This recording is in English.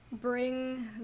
Bring